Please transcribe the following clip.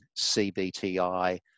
CBTI